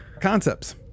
Concepts